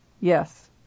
yes